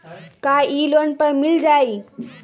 का इ लोन पर मिल जाइ?